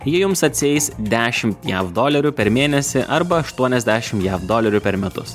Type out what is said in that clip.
ji jums atsieis dešim jav dolerių per mėnesį arba aštuoniasdešim jav dolerių per metus